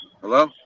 hello